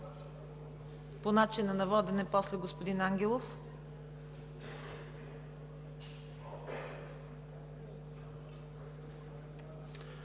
по начина на водене – господин Ангелов.